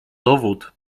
dowód